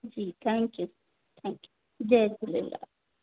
ji thank you thank you जय झूलेलाल